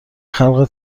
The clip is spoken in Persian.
خلق